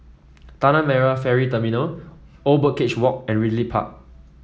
Tanah Merah Ferry Terminal Old Birdcage Walk and Ridley Park